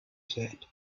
said